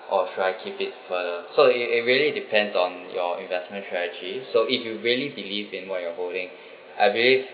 or should I keep it first so it it really depends on your investment strategy so if you really believe in what you are holding I believe